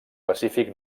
pacífic